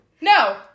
No